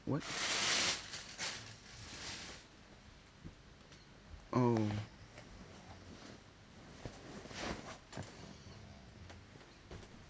what oh